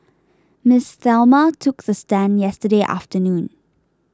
Miss Thelma took the stand yesterday afternoon